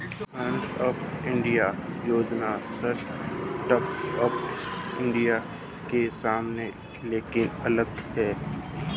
stand up India योजना startup India के समान लेकिन अलग है